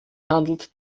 handelt